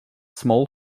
small